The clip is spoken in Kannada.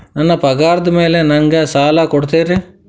ನನ್ನ ಪಗಾರದ್ ಮೇಲೆ ನಂಗ ಸಾಲ ಕೊಡ್ತೇರಿ?